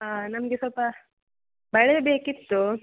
ಹಾಂ ನಮಗೆ ಸ್ವಲ್ಪ ಬಳೆ ಬೇಕಿತ್ತು